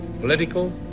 political